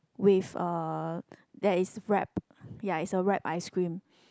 with uh that is wrapped ya it's a wrap ice cream